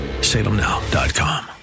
salemnow.com